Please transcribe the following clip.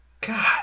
God